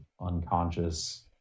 unconscious